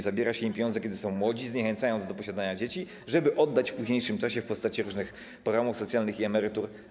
Zabiera się im pieniądze, kiedy są młodzi, zniechęcając do posiadania dzieci, żeby oddać w późniejszym czasie w postaci różnych programów socjalnych i emerytur.